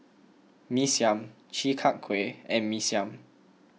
Mee Siam Chi Kak Kuih and Mee Siam